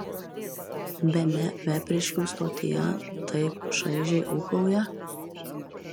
bene vepriškių stotyje taip šaižiai ūkauja